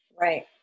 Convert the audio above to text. Right